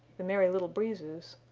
the merry little breezes,